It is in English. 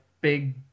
big